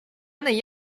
negli